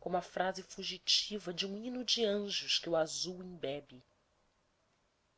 como a frase fugitiva de um hino de anjos que o azul embebe